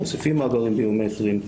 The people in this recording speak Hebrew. מוסיפים מאגרים ביומטריים,